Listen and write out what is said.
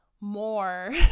more